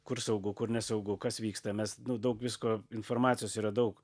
kur saugu kur nesaugu kas vyksta mes nu daug visko informacijos yra daug